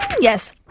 yes